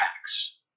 packs